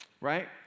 right